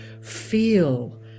feel